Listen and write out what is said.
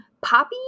Poppy